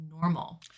normal